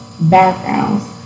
backgrounds